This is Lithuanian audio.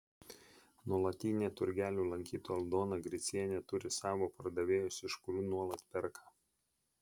nuolatinė turgelių lankytoja aldona gricienė turi savo pardavėjus iš kurių nuolat perka